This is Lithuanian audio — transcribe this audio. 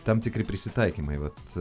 tam tikri prisitaikymai vat